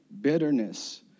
bitterness